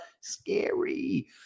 scary